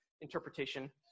interpretation